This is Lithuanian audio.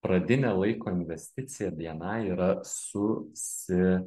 pradinė laiko investicija bni yra susi